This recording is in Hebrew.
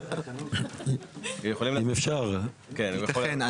אם אפשר לומר מילה, בבקשה.